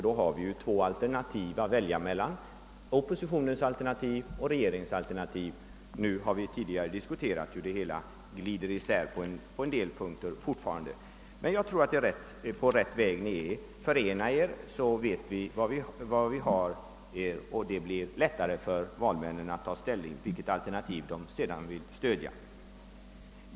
Då har vi ju bara två alternativ att välja emellan, nämligen oppositionens och regeringens alternativ. Vi har ju tidigare diskuterat hur debatten fortfarande glider isär på en del punkter. Jag tror dock att ni är på rätt väg. Om ni förenar er vet vi var vi har er, och det blir lättare för valmännen att ta ställning till vilket alternativ de vill stödja.